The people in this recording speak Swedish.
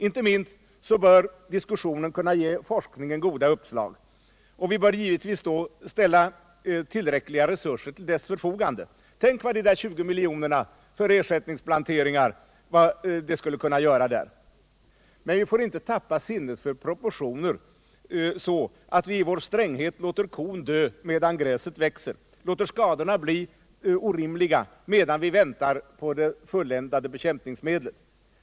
Inte minst bör diskussionen kunna ge forskningen goda uppslag, och vi bör givetvis då ställa tillräckliga resurser till dess förfogande. Tänk vad de 20 miljonerna för ersättningsplanteringar skulle kunna göra! Men vi får inte tappa sinnet för proportioner, så att vi i vår stränghet låter kon dö medan gräset växer, låter skadorna bli orimliga medan vi väntar på det fulländade bekämpningsmedlet.